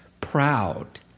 proud